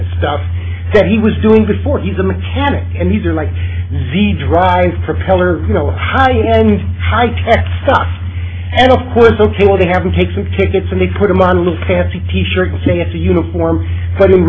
of stuff that he was doing before he's a mechanic and these are like the drive propeller you know the high end high tech stuff and of course ok well to have him take some tickets and put him on a little fancy t shirt and say it's a uniform but in